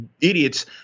idiots